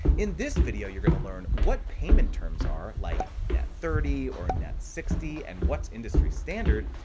in this video, you're gonna learn what payment terms are like net thirty or net sixty, and what's industry standard.